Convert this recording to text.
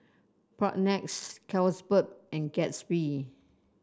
Propnex Carlsberg and Gatsby